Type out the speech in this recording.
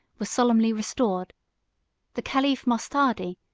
were solemnly restored the caliph mosthadi,